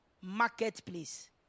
Marketplace